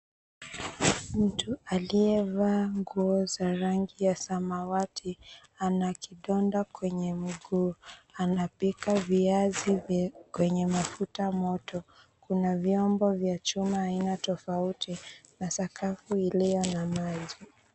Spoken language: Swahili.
Mtu aliyevaa nguo za rangi ya samawati ana kidonda kwenye mguu anapika viazi kwenye mafuta moto. Kuna vyombo vya chuma aina tofauti na sakafu iliyo na maji.